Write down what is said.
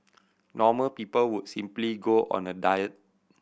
normal people would simply go on a diet